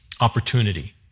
Opportunity